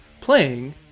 playing